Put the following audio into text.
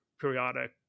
periodic